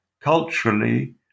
culturally